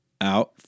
out